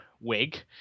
wig